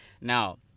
Now